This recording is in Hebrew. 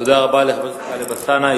תודה רבה לחבר הכנסת טלב אלסאנע.